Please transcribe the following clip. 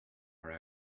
are